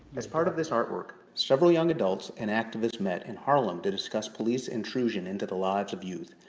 as part of this artwork, several young adults and activists met in harlem, to discuss police intrusion into the lives of youth,